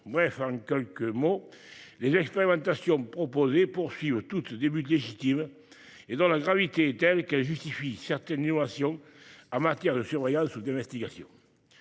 En quelques mots, les expérimentations proposées visent toutes des buts légitimes dont la gravité justifie certaines innovations en matière de surveillance ou d'investigation.